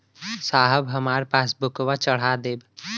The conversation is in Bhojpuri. साहब हमार पासबुकवा चढ़ा देब?